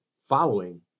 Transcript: following